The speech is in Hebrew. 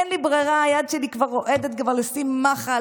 היד שלי כבר רועדת לשים מחל,